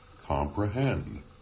comprehend